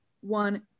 one